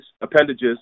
appendages